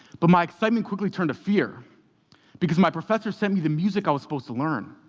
but my excitement quickly turned to fear because my professor sent me the music i was supposed to learn.